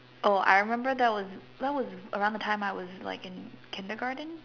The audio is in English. oh I remember that was that was around the time I was like in kindergarten